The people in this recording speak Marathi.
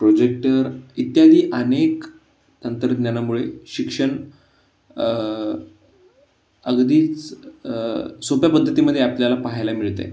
प्रोजेक्टर इत्यादी अनेक तंत्रज्ञानामुळे शिक्षण अगदीच सोप्या पद्धतीमध्ये आपल्याला पाहायला मिळते